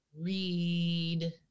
read